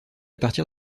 partir